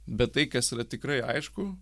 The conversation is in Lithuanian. bet tai kas yra tikrai aišku